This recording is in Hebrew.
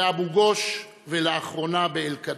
באבו גוש ולאחרונה באלקנה.